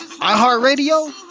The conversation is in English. iHeartRadio